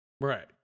Right